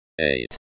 eight